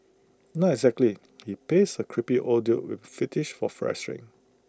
not exactly he plays A creepy old dude with fetish for